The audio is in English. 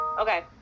Okay